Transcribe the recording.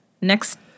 next